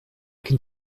can